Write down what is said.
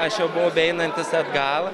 aš jau buvau beeinantis atgal